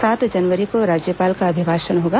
सात जनवरी को राज्यपाल का अभिभाषण होगा